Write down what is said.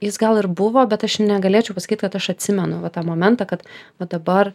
jis gal ir buvo bet aš jum negalėčiau pasakyt kad aš atsimenu tą momentą kad va dabar